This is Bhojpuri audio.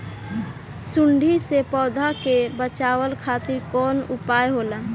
सुंडी से पौधा के बचावल खातिर कौन उपाय होला?